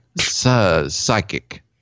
psychic